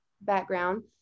background